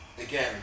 again